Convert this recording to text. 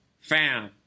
fam